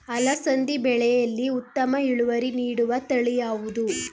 ಅಲಸಂದಿ ಬೆಳೆಯಲ್ಲಿ ಉತ್ತಮ ಇಳುವರಿ ನೀಡುವ ತಳಿ ಯಾವುದು?